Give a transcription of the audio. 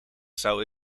zou